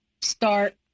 start